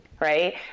Right